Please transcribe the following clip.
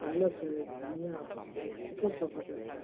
पालक है धनिया यह सब खेती करते हैं